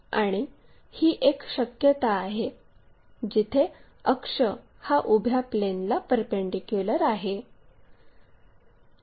आणि ही एक शक्यता आहे जिथे अक्ष हा उभ्या प्लेनला परपेंडीक्युलर आहे